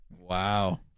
Wow